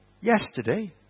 yesterday